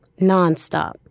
nonstop